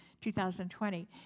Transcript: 2020